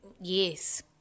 Yes